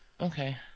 okay